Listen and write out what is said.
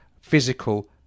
physical